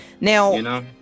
Now